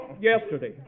yesterday